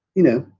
you know,